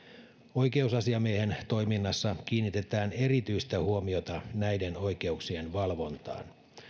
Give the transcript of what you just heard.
oikeusasiamiehen toiminnassa kiinnitetään erityistä huomiota näiden oikeuksien valvontaan